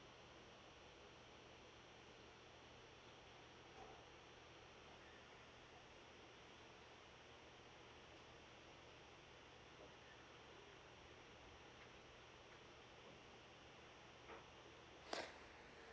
all